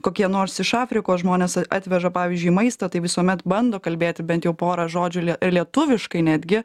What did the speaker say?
kokie nors iš afrikos žmonės atveža pavyzdžiui maistą tai visuomet bando kalbėti bent jau porą žodžių ir lietuviškai netgi